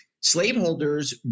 slaveholders